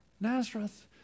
Nazareth